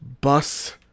Bus